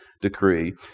decree